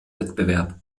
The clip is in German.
wettbewerb